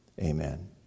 Amen